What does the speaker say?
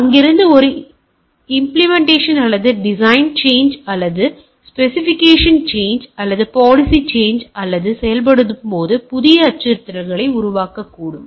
எனவே அங்கிருந்து அது இம்பலிமென்டேசன் அல்லது டிசைன் சேஞ்ச் அல்லது ஸ்பெசிஃபிகேஷன் சேஞ்ச் அல்லது பாலிசி சேஞ்ச் அல்லது செயல்படும் போது புதிய அச்சுறுத்தல்களை உருவாக்கக்கூடும்